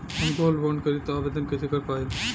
हम gold bond करतिं आवेदन कइसे कर पाइब?